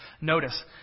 Notice